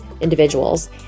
individuals